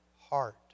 heart